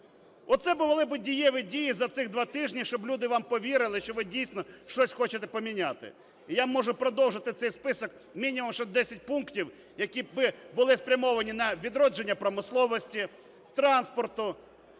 Оце були би дієві дії за цих два тижні, щоб люди вам повірили, що ви дійсно щось хочете поміняти. І я можу продовжити цей список мінімум ще 10 пунктів, які би були спрямовані на відродження промисловості, транспорту,